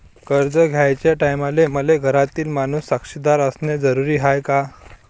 कर्ज घ्याचे टायमाले मले घरातील माणूस साक्षीदार असणे जरुरी हाय का?